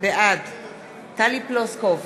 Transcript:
בעד טלי פלוסקוב,